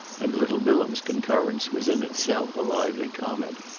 and little bilham's concurrence was in itself a lively comment.